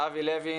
שאבי לוי,